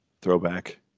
throwback